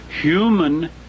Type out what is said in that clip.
human